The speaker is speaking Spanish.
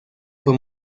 fue